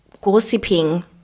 gossiping